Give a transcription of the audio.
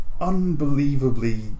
unbelievably